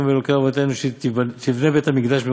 שנאמר 'ואתה אלוהים תורידם לבאר שחת אנשי